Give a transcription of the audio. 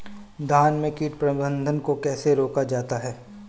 धान में कीट प्रबंधन को कैसे रोका जाता है?